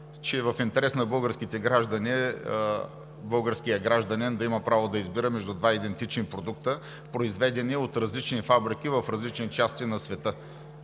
че в интерес на българския гражданин е да има право да избира между два идентични продукта, произведени от различни фабрики в различни части на света.